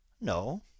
No